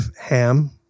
Ham